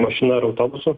mašina ar autobusu